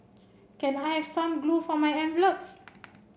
can I have some glue for my envelopes